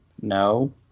no